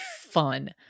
fun